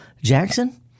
Jackson